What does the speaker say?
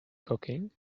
cooking